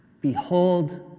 Behold